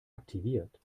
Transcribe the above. aktiviert